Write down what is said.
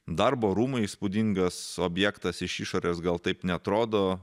darbo rūmai įspūdingas objektas iš išorės gal taip neatrodo